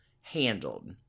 handled